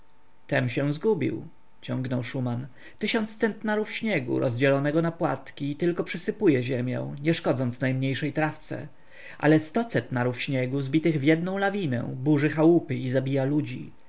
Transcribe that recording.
tem się zgubił ciągnął szuman tysiąc centnarów śniegu rozdzielonego na płatki tylko przysypują ziemię nie szkodząc najmniejszej trawce ale sto centnarów śniegu zbitych w jednę lawinę burzy chałupy i zabija ludzi